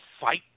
fight